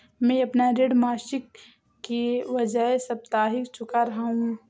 मैं अपना ऋण मासिक के बजाय साप्ताहिक चुका रहा हूँ